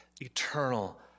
eternal